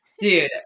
Dude